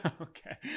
Okay